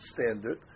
standard